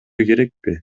керекпи